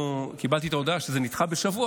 כשקיבלתי את ההודעה שזה נדחה בשבוע,